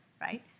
right